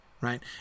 right